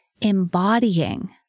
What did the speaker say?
embodying